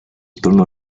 torno